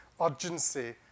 urgency